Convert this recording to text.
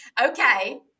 okay